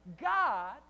God